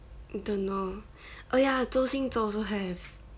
don't know oh ya zhou xing zhe also have